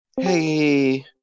hey